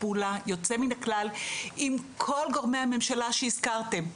פעולה יוצא מן הכלל עם כל גורמי הממשלה שהזכרתם.